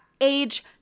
Age